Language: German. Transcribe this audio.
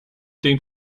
den